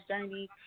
journey